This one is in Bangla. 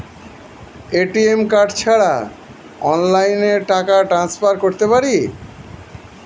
এ.টি.এম কার্ড ছাড়া অনলাইনে টাকা টান্সফার করতে পারি?